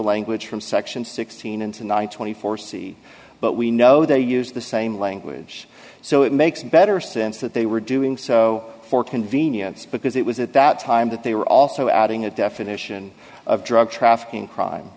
language from section sixteen into nine twenty four c but we know they use the same language so it makes better sense that they were doing so for convenience because it was at that time that they were also adding a definition of drug trafficking crime